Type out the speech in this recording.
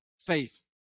Faith